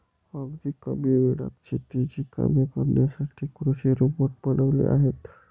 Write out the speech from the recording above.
अगदी कमी वेळात शेतीची कामे करण्यासाठी कृषी रोबोट बनवले आहेत